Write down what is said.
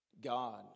God